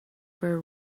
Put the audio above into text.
were